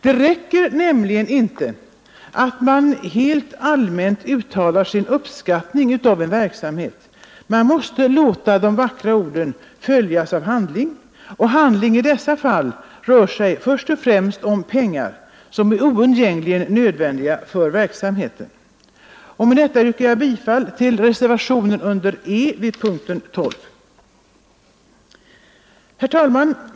Det räcker nämligen inte att man helt allmänt uttalar sin uppskattning av en verksamhet — man måste låta de vackra orden följas av handling. Och handling i dessa fall rör sig först och främst om pengar, som är oundgängliga nödvändiga för verksamheten. Jag yrkar bifall till reservationen E 1 vid punkten 12. Herr talman!